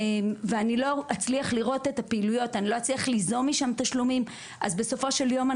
ואני לא אצליח לראות את הפעילויות וליזום משם תשלומים בסופו של יום,